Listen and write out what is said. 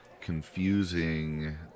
confusing